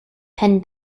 penn